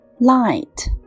Light